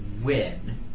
win